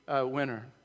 winner